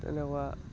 তেনেকুৱা